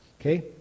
okay